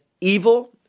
evil